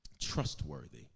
Trustworthy